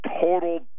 total